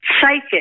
psychic